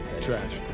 Trash